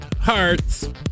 Hearts